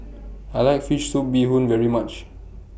I like Fish Soup Bee Hoon very much